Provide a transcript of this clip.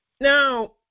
Now